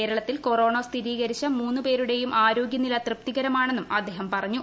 കേരളത്തിൽ കൊറോണ സ്ഥിരീകരിച്ച മൂന്നുപേരുടെ ആരോഗ്യനില തൃപ്തികരമാണെന്നും അദ്ദേഹം പറഞ്ഞു